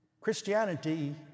Christianity